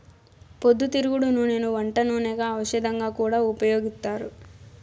పొద్దుతిరుగుడు నూనెను వంట నూనెగా, ఔషధంగా కూడా ఉపయోగిత్తారు